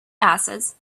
assets